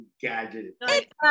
gadget